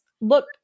look